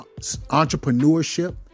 entrepreneurship